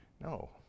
No